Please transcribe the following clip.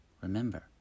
Remember